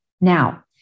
Now